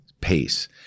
pace